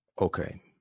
Okay